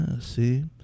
See